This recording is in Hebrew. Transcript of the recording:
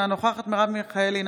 אינה נוכחת מרב מיכאלי,